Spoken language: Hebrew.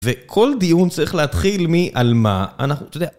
וכל דיון צריך להתחיל מ-על-מה-אנחנו-אתה יודע